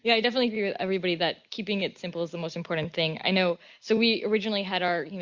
yeah i definitely agree with everybody that keeping it simple is the most important thing, i know. so we originally had our,